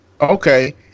okay